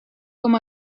com